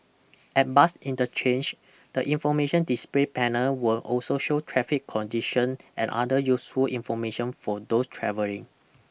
at bus interchange the information display panel will also show traffic condition and other useful information for those travelling